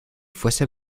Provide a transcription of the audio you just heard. fuese